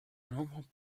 normal